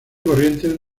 corrientes